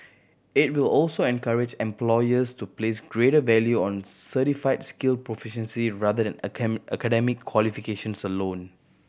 it will also encourage employers to place greater value on certified skill proficiency rather than academic qualifications alone